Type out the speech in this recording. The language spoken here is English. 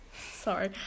sorry